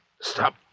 stop